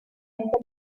medieval